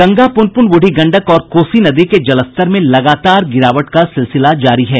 गंगा पुनपुन बूढ़ी गंडक और कोसी नदी के जलस्तर में लगातार गिरावट का सिलसिला जारी है